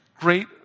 great